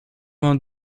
vingt